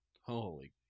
Holy